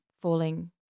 falling